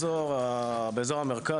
באזור המרכז,